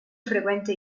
frequente